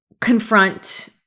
confront